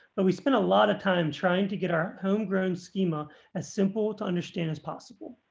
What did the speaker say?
but we spent a lot of time trying to get our homegrown schema as simple to understand as possible.